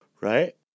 Right